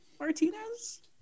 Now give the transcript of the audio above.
martinez